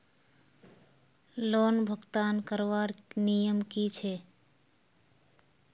Loan भुगतान करवार नियम की छे?